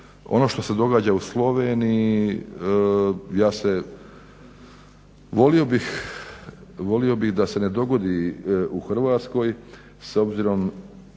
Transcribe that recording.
Ono što se događa u Sloveniji, ja se, volio bih da se ne dogodi u Hrvatskoj s obzirom